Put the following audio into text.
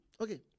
Okay